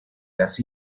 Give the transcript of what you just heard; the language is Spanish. las